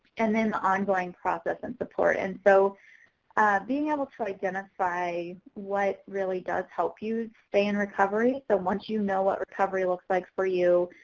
and then ongoing process of and support. and so being able to identify what really does help you stay in recovery. so once you know what recovery looks like for you.